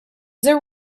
there